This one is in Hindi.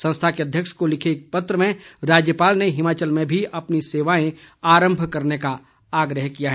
संस्था के अध्यक्ष को लिखे एक पत्र में राज्यपाल ने हिमाचल में भी अपनी सेवाएं आरम्भ करने का आग्रह किया है